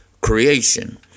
creation